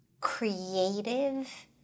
creative